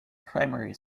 primary